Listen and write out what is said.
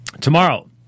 tomorrow